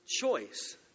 choice